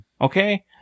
okay